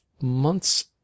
months